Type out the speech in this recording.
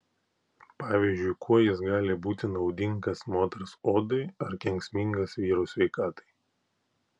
pavyzdžiui kuo jis gali būti naudingas moters odai ar kenksmingas vyro sveikatai